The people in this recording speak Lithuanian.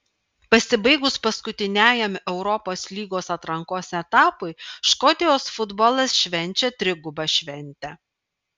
pasibaigus paskutiniajam europos lygos atrankos etapui škotijos futbolas švenčia trigubą šventę